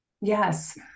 Yes